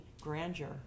grandeur